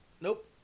Nope